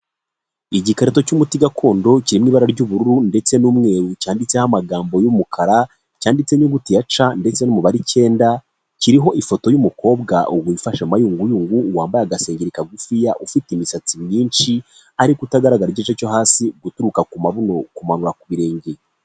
Igikarito cy'umuti gakondo, kirimo ibara ry'ubururu ndetse n'umweru, cyanditseho amagambo y'umukara, cyanditse nyuguti ya C ndetse n'umubare icyenda, kiriho ifoto y'umukobwa wifashe mayunguyubu wambaye agasengeri kagufiya, ufite imisatsi myinshi, ariko utagaragara igice cyo hasi, guturuka ku mabuno kumanura ku birenge.